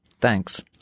Thanks